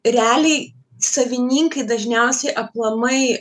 realiai savininkai dažniausiai aplamai